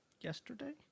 yesterday